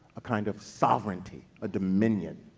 a kind of sovereignty, a dominion,